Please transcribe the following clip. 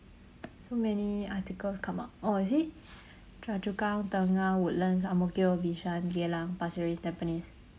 so many articles come out oh you see chua-chu-kang tengah woodlands ang-mo-kio bishan geylang pasir-ris tampines